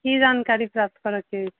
की जानकारी प्राप्त करऽ के अछि